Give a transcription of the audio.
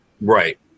Right